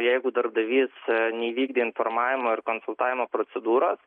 jeigu darbdavys neįvykdė informavimo ir konsultavimo procedūros